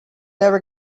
never